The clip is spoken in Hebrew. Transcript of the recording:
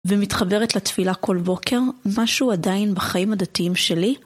ומתחברת לתפילה כל בוקר, משהו עדיין בחיים הדתיים שלי?